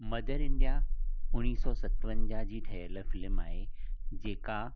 mother India उणिवीह सौ सतवंजाह जी ठहियल फ़िल्म आहे जेका